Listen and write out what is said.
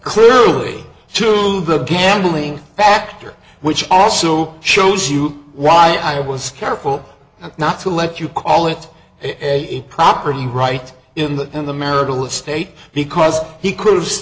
clearly to the gambling factor which also shows you why i was careful not to let you call it a property right in the in the marital estate because he c